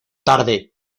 tarde